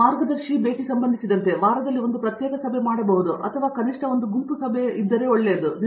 ಮಾರ್ಗದರ್ಶಿ ಭೇಟಿ ಸಂಬಂಧಿಸಿದಂತೆ ನಾನು ಒಂದು ವಾರದಲ್ಲಿ ಒಂದು ಪ್ರತ್ಯೇಕ ಸಭೆಯಲ್ಲಿ ಅಥವಾ ಕನಿಷ್ಠ ಒಂದು ಗುಂಪು ಸಭೆಯಲ್ಲಿ ಬಹಳ ಒಳ್ಳೆಯದು ಎಂದು ಭಾವಿಸುತ್ತೇನೆ